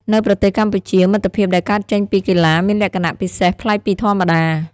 នៅប្រទេសកម្ពុជា មិត្តភាពដែលកើតចេញពីកីឡាមានលក្ខណៈពិសេសប្លែកពីធម្មតា។